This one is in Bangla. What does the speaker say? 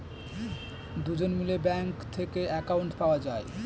দুজন মিলে ব্যাঙ্ক থেকে অ্যাকাউন্ট পাওয়া যায়